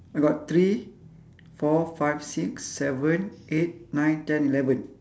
I got three four five six seven eight nine ten eleven